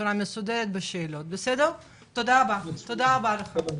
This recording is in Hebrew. בסדר גמור.